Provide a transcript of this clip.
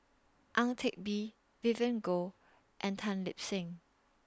Ang Teck Bee Vivien Goh and Tan Lip Seng